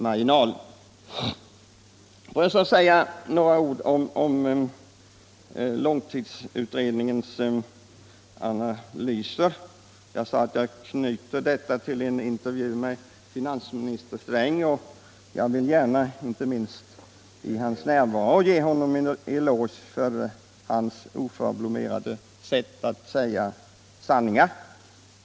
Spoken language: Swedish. Får jag så säga några ord om långtidsutredningens analyser. Jag sade tidigare att jag knyter detta till en intervju med finansminister Sträng, och jag vill gärna — inte minst nu i hans närvaro — ge honom en eloge för hans oförblommerade sätt att säga sanningar.